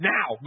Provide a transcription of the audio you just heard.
Now